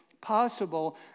possible